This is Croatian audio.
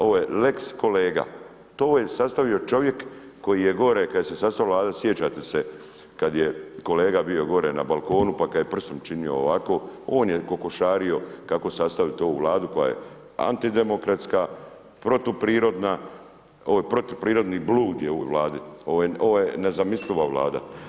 Ovo je lex Kolega, to je sastavio čovjek koji je gore kad se sastavljala Vlada, sjećate se, kad je kolega bio gore na balkon pa kad je prstom činio ovako, on je kokošario kako sastaviti ovu Vladu koja je antidemokratska, protuprirodna, protuprirodni blud je u ovoj Vladi, ovo je nezamisliva Vlada.